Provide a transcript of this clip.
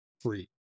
free